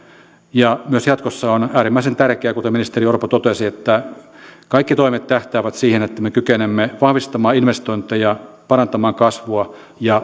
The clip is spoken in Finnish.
ja myös jatkossa on äärimmäisen tärkeää kuten ministeri orpo totesi että kaikki toimet tähtäävät siihen että me kykenemme vahvistamaan investointeja parantamaan kasvua ja